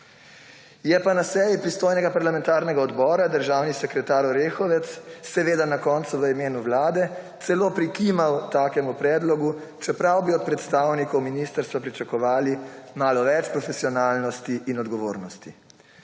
Je pa na seji pristojnega parlamentarnega odbora državni sekretar Orehovec – seveda, na koncu v imenu Vlade – celo prikimal takemu predlogu, čeprav bi od predstavnikov ministrstva pričakovali malo več profesionalnosti in odgovornosti.